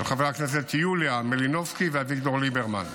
של חברי הכנסת יוליה מלינובסקי ואביגדור ליברמן.